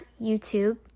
YouTube